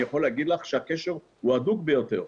אני יכול להגיד לך שהקשר הוא הדוק ביותר.